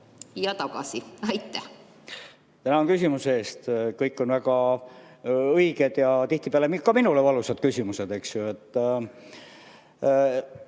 Ja tagasi. Tänan küsimuse eest! Kõik on väga õiged ja tihtipeale ka minule valusad küsimused.